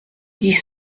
dix